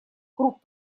круг